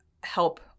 help